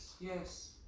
yes